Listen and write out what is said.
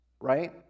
right